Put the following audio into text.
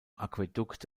aquädukt